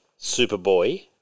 Superboy